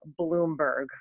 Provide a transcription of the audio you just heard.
Bloomberg